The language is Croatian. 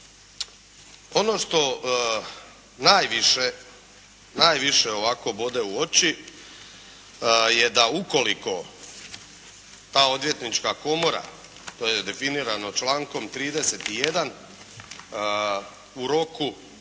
Ono što najviše ovako bode u oči je da ukoliko ta Odvjetnička komora, to je definirano člankom 31. u roku